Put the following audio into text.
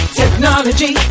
technology